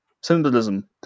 symbolism